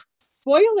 spoiler